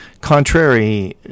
contrary